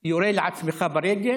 יורה לעצמך ברגל,